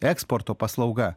eksporto paslauga